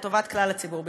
לטובת כלל הציבור בישראל.